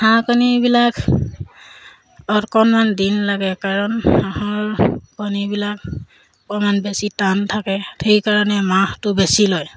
হাঁহ কণীবিলাক অকণমান দিন লাগে কাৰণ হাঁহৰ কণীবিলাক অকণমান বেছি টান থাকে সেইকাৰণে মাহটো বেছি লয়